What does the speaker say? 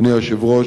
אדוני היושב-ראש,